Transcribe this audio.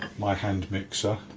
my hand mixer.